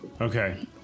Okay